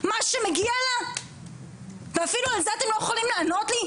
מה שמגיע לה ואפילו על זה אתם לא יכולים לענות לי?